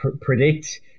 predict